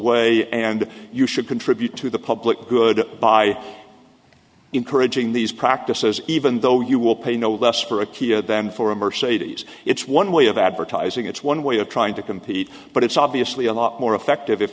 way and you should contribute to the public good by encouraging these practices even though you will pay no less for a key had them for emerge sadie's it's one way of advertising it's one way of trying to compete but it's obviously a lot more effective if